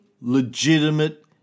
legitimate